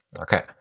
Okay